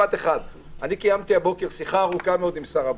אני קיימתי הבוקר שיחה ארוכה עם שר הבריאות.